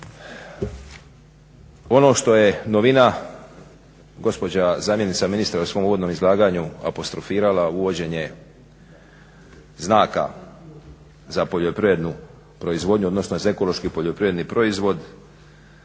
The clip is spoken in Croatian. Ono što je novina gospođa zamjenica ministra je u svom uvodnom izlaganju apostrofirala uvođenje znaka za poljoprivrednu proizvodnju, odnosno za ekološki poljoprivredni proizvod.